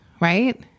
Right